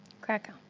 Krakow